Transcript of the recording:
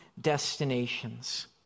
destinations